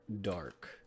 dark